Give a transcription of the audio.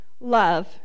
love